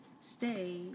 stay